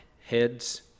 heads